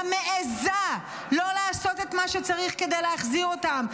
מעיזה לא לעשות את מה שצריך כדי להחזיר אותם,